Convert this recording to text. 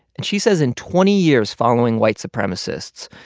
and she says in twenty years following white supremacists,